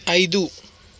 ఐదు